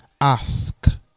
ask